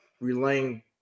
relaying